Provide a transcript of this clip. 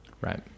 Right